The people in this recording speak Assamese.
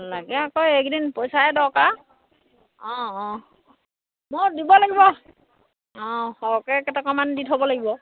লাগে আকৌ এইকেইদিন পইচায়ে দৰকাৰ অঁ অঁ মই দিব লাগিব অঁ সৰহকৈ কেইটকামান দি থ'ব লাগিব